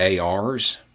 ARs